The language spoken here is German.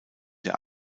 der